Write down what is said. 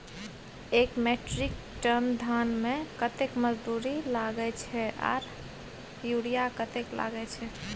एक metric ton धान में कतेक मजदूरी लागे छै आर यूरिया कतेक लागे छै?